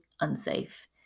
unsafe